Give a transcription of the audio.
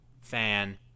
fan